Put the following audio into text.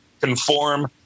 conform